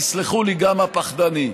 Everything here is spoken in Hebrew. תסלחו לי, גם הפחדני.